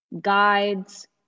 guides